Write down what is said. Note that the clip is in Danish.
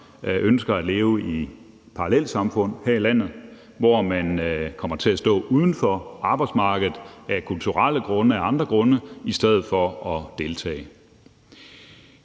ønsker at leve i parallelsamfund her i landet, hvor man kommer til at stå uden for arbejdsmarkedet af kulturelle grunde og af andre grunde i stedet for at deltage.